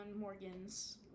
Morgan's